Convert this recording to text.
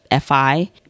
FI